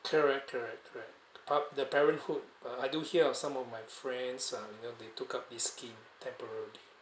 correct correct correct uh parenthood uh I do hear of some of my friends uh you know they took up this scheme temporarily